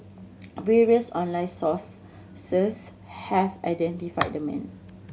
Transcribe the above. various online source have identified the man